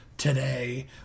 Today